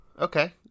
Okay